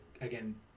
again